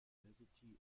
university